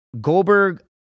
Goldberg